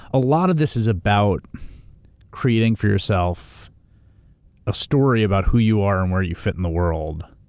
a lot of this is about creating for yourself a story about who you are and where you fit in the world,